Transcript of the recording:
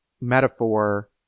metaphor